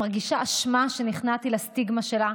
אני מרגישה אשמה על שנכנעתי לסטיגמה שלה,